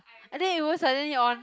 I think it will suddenly on